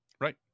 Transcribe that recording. Right